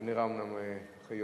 השנייה לטלוויזיה ורדיו (תיקון מס' 33),